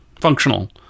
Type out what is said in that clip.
Functional